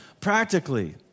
practically